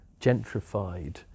gentrified